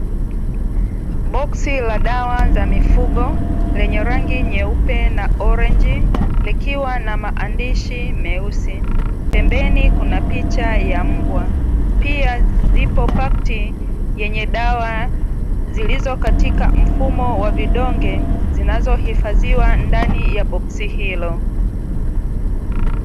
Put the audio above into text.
Boksi la dawa za mifugo, lenye rangi nyeupe na orenji, likiwa na maandishi meusi. Pembeni kuna picha ya mbwa. Pia zipo pakti yenye dawa zilizo katika mfumo wa vidonge, zinazohifadhiwa ndani ya boksi hilo.